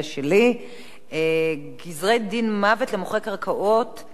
גזרי-דין מוות למוכרי קרקעות ליהודים?